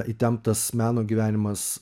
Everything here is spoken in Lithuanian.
įtemptas meno gyvenimas